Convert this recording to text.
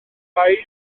baich